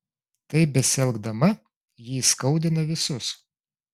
taip besielgdama ji įskaudina visus